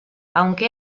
aunque